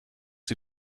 sie